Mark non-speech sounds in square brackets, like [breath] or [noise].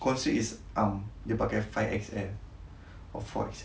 constrict is arm dia pakai five X_L [breath] or four X_L